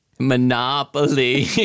Monopoly